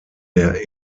der